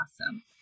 awesome